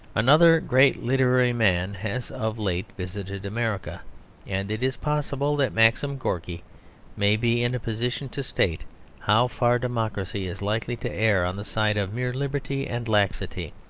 another great literary man has of late visited america and it is possible that maxim gorky may be in a position to state how far democracy is likely to err on the side of mere liberty and laxity.